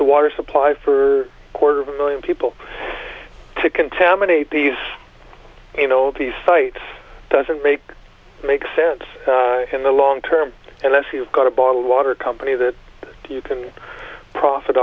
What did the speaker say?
the water supply for a quarter of a million people to contaminate these you know these sites doesn't make make sense in the long term unless you've got a bottled water company that you can profit